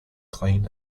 clean